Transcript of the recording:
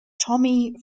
tommy